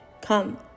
Come